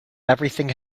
everything